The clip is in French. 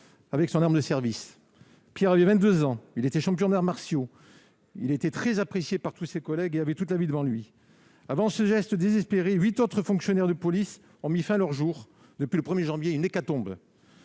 avec son arme de service. Pierre avait 22 ans. Il était champion d'arts martiaux. Il était très apprécié par tous ses collègues et avait toute la vie devant lui. Avant ce geste désespéré, huit autres fonctionnaires de police ont mis fin à leurs jours depuis le 1 janvier : une hécatombe